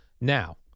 Now